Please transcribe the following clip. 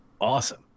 awesome